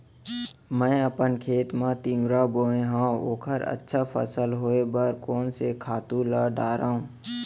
मैं अपन खेत मा तिंवरा बोये हव ओखर अच्छा फसल होये बर कोन से खातू ला डारव?